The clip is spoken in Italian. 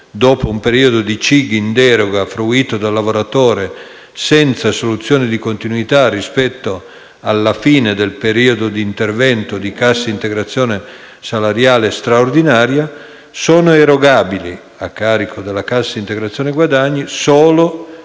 dopo un periodo di CIG in deroga fruito dal lavoratore senza soluzione di continuità rispetto alla fine del periodo d'intervento di cassa integrazione salariale straordinaria, sono erogabili a carico della cassa integrazione guadagni solo